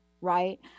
right